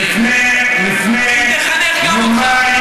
היא תחנך גם אותך.